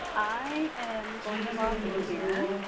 i um going to log in here.